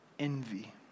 Envy